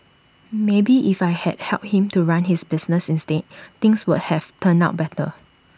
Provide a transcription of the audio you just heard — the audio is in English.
maybe if I had helped him to run his business instead things would have turned out better